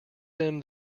them